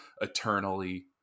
eternally